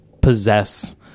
possess